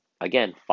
Again